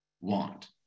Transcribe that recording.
want